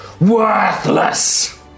worthless